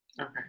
okay